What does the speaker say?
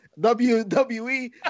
WWE